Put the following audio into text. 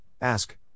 ask